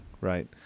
right